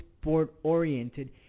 sport-oriented